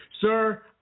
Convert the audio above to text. Sir